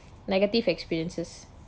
negative experiences